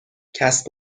کسب